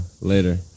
Later